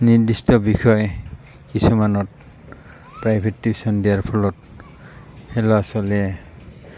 নিৰ্দিষ্ট বিষয় কিছুমানত প্ৰাইভেট টিউশ্যন দিয়াৰ ফলত সেই ল'ৰা ছোৱালীয়ে